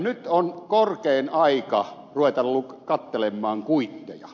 nyt on korkein aika ruveta katselemaan kuitteja